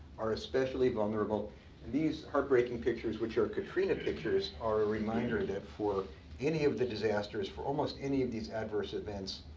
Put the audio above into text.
are especially vulnerable. and these heartbreaking pictures which are katrina pictures are a reminder that for any of the disasters, for almost any of these adverse events,